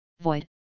void